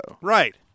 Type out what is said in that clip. Right